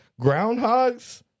groundhogs